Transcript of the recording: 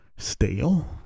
stale